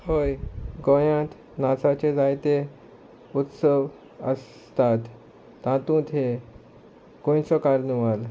हय गोंयांत नाचाचे जायते उत्सव आसतात तातूंत हे गोंयचो कार्निवाल